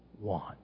want